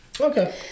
Okay